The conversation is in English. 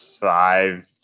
five